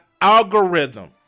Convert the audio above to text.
algorithm